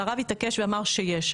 הרב התעקש ואמר שיש.